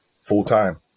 full-time